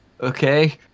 Okay